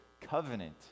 covenant